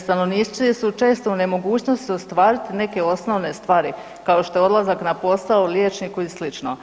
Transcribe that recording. Stanovnici su često u nemogućnosti ostvariti neke osnovne stvari kao što je dolazak na posao, liječniku i sl.